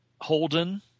Holden